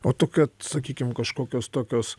o tokia sakykim kažkokios tokios